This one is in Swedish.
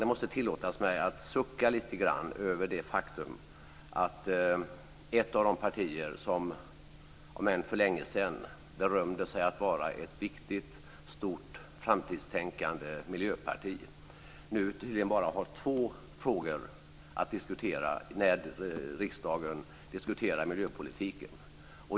Det måste tillåtas mig att sucka lite grann över det faktum att ett av de partier som, om än för länge sedan, berömde sig av att vara ett viktigt, stort och framtidstänkande miljöparti nu tydligen bara har två frågor att diskutera när riksdagen diskuterar miljöpolitiken.